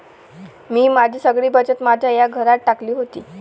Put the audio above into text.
मी माझी सगळी बचत माझ्या या घरात टाकली होती